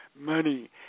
money